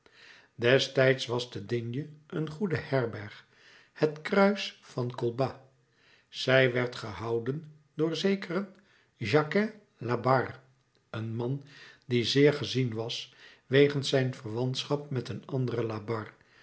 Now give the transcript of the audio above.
destijds was te d een goede herberg het kruis van colbas zij werd gehouden door zekeren jacquin labarre een man die zeer gezien was wegens zijn verwantschap met een anderen labarre